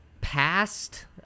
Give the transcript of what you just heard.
past